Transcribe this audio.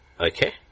Okay